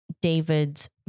David's